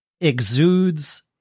exudes